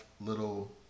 little